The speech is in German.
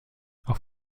auf